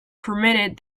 permitted